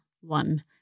one